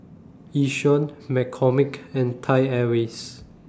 Yishion McCormick and Thai Airways